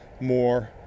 more